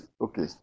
Okay